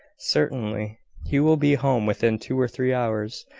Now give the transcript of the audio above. certainly he will be home within two or three hours,